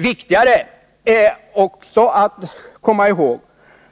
Viktigt är vidare att komma i håg